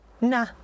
nah